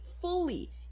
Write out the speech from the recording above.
fully